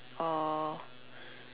or